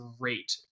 great